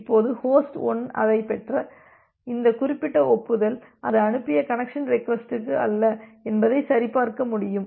இப்போது ஹோஸ்ட் 1 அதைப் பெற்ற இந்த குறிப்பிட்ட ஒப்புதல் அது அனுப்பிய கனெக்சன் ரெக்வஸ்ட்க்கு அல்ல என்பதை சரிபார்க்க முடியும்